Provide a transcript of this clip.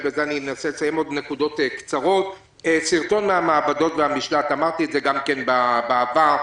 ובזה אסיים סרטון המעבדות והמשלט אמרתי את זה גם בעבר.